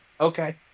Okay